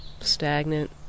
stagnant